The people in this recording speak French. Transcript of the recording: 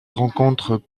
rencontrent